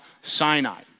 Sinai